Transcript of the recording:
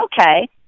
okay